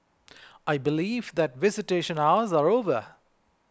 I believe that visitation hours are over